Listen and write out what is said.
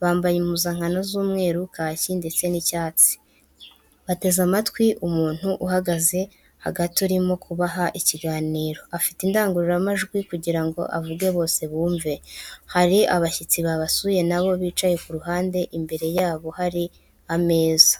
bambaye impuzankano z'umweru, kaki ndetse n'icyatsi bateze amatwi umuntu uhagazemo hagati urimo kubaha ikiganiro afite indangururamajwi kugirango avuge bose bumve , hari abashyitsi babasuye nabo bicaye ku ruhande imbere yabo hari ameza.